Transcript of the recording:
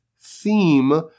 theme